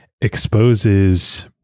exposes